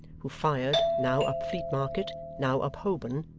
who fired, now up fleet market, now up holborn,